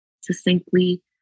succinctly